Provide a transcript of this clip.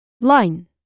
line